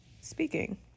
speaking